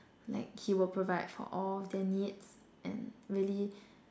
like he will provide for all of their needs and really